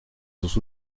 sus